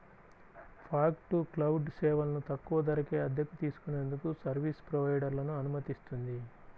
fog to cloud సేవలను తక్కువ ధరకే అద్దెకు తీసుకునేందుకు సర్వీస్ ప్రొవైడర్లను అనుమతిస్తుంది